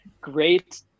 great